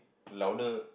louder